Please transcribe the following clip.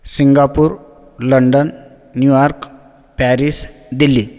Singapore London New York Paris Delhi